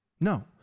No